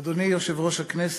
אדוני יושב-ראש הכנסת,